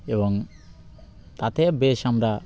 এবং তাতে বেশ আমরা